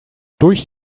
durch